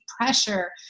pressure